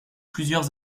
plusieurs